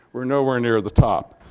we're nowhere near the top.